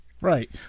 Right